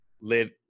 live